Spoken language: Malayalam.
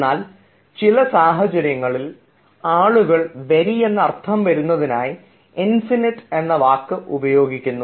എന്നാൽ ചില സാഹചര്യങ്ങളിൽ ആളുകൾ വെരി എന്ന അർത്ഥം വരുന്നതിനായി ഇൻഫിനിറ്റ് എന്ന വാക്ക് ഉപയോഗിക്കുന്നു